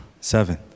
seven